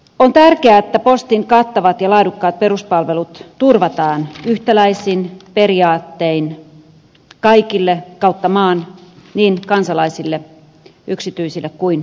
on tärkeää että postin kattavat ja laadukkaat peruspalvelut turvataan yhtäläisin periaattein kaikille kautta maan niin kansalaisille yksityisille kuin yrityksillekin